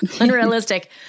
unrealistic